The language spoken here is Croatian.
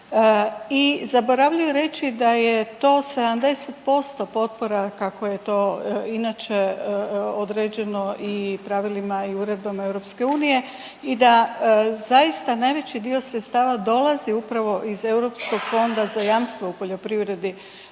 I zaboravio je reći da je to 70% potpora kako je to inače određeno i pravilima i uredbama EU i da zaista najveći dio sredstava dolazi upravo iz Europskog fonda za jamstvo u poljoprivredi.